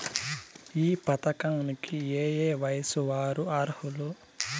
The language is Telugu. ఈ పథకానికి ఏయే వయస్సు వారు అర్హులు?